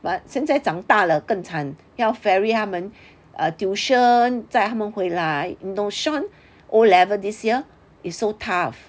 but 现在长大了更惨要 ferry 他们 err tuition 载他们回来你懂 Sean O level this year is so tough